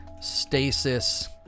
Stasis